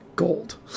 gold